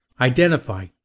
Identify